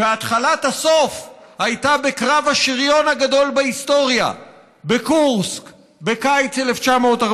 והתחלת הסוף הייתה בקרב השריון הגדול בהיסטוריה בקורסק בקיץ 1943,